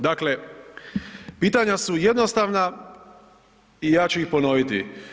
Dakle, pitanja su jednostavna i ja ću ih ponoviti.